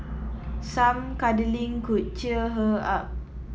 some cuddling could cheer her up